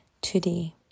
today